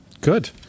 Good